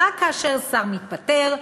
רק כאשר שר מתפטר,